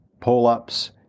pull-ups